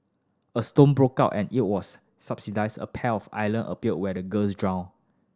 a storm broke out and it was a pair of island appeared where the girls drowned